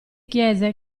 chiese